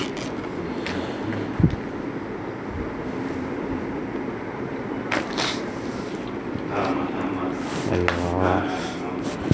!aiyo!